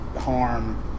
harm